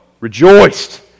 rejoiced